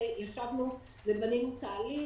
שישבנו ובנינו תהליך.